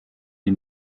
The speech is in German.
die